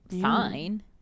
fine